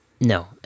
No